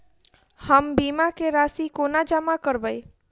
हम बीमा केँ राशि कोना जमा करबै?